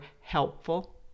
helpful